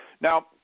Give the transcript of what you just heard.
Now